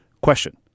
Question